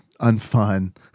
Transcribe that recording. unfun